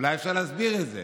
אולי אפשר להסביר את זה,